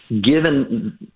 Given